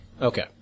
Okay